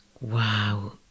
Wow